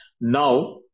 now